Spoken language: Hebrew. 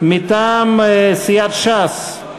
מטעם סיעת ש"ס,